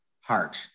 heart